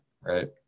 right